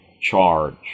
charge